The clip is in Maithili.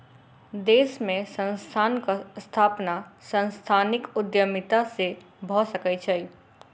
देश में संस्थानक स्थापना सांस्थानिक उद्यमिता से भअ सकै छै